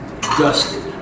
dusted